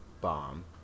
bomb